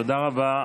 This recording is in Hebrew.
תודה רבה.